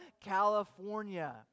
California